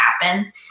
happen